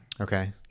Okay